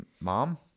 mom